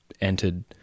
entered